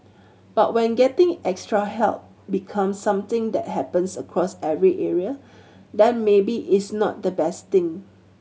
but when getting extra help becomes something that happens across every area then maybe it's not the best thing